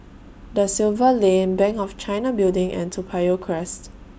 DA Silva Lane Bank of China Building and Toa Payoh Crest